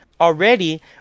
already